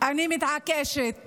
אני מתעקשת